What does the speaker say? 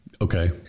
Okay